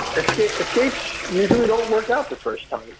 escapes escapes usually don't work out the first time.